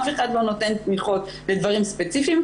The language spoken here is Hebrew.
אף אחד לא נותן תמיכות לדברים ספציפיים,